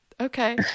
okay